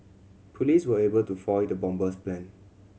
police were able to foil the bomber's plan